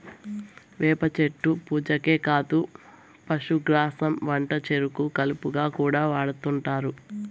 వేప చెట్టు పూజకే కాదు పశుగ్రాసం వంటచెరుకు కలపగా కూడా వాడుతుంటారు